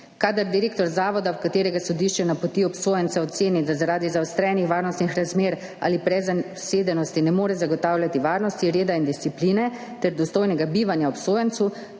Kadar direktor zavoda, v katerega sodišče napoti obsojenca, oceni, da zaradi zaostrenih varnostnih razmer ali prezasedenosti ne more zagotavljati varnosti, reda in discipline ter dostojnega bivanja obsojencu,